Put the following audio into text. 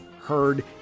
heard